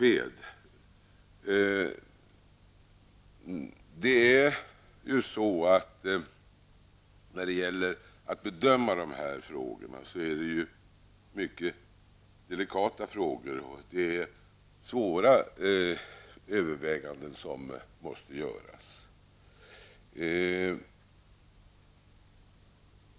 Att bedöma dessa frågor är en mycket delikat uppgift. Det är svåra överväganden som måste göras.